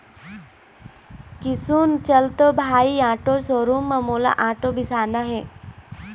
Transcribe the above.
किसुन चल तो भाई आटो शोरूम म मोला आटो बिसाना हे